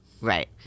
Right